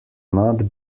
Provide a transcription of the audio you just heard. not